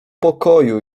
pokoju